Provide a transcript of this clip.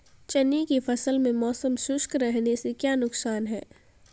चने की फसल में मौसम शुष्क रहने से क्या नुकसान है?